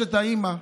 מבקשת האימא: